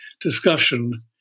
discussion